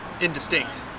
indistinct